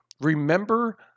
remember